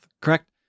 Correct